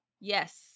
Yes